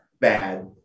bad